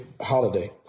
holiday